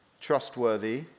trustworthy